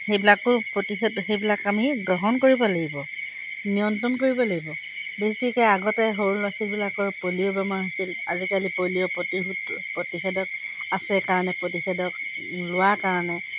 সেইবিলাকো প্ৰতিষেধ সেইবিলাক আমি গ্ৰহণ কৰিব লাগিব নিয়ন্ত্ৰণ কৰিব লাগিব বেছিকে আগতে সৰু ল'ৰা ছোৱালীবিলাকৰ পলিঅ' বেমাৰ হৈছিল আজিকালি পলিঅ' প্ৰতিশোধ প্ৰতিষেধক আছে কাৰণে প্ৰতিষেধক লোৱাৰ কাৰণে